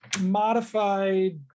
modified